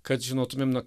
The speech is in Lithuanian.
kad žinotumėm na